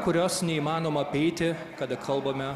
kurios neįmanoma apeiti kada kalbame